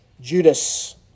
Judas